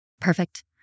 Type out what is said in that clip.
Perfect